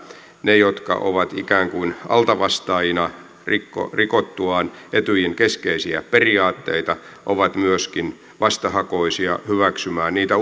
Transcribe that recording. ne jotka ovat ikään kuin altavastaajina rikottuaan etyjin keskeisiä periaatteita ovat myöskin vastahakoisia hyväksymään niitä